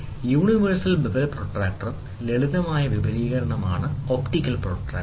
universal bevel പ്രൊട്ടക്റ്ററിന്റെ ലളിതമായ വിപുലീകരണമാണ് ഒപ്റ്റിക്കൽ പ്രൊട്ടക്റ്റർ